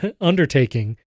undertaking